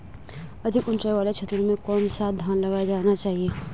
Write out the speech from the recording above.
अधिक उँचाई वाले क्षेत्रों में कौन सा धान लगाया जाना चाहिए?